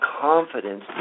confidence